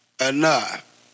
enough